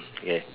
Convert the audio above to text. mm okay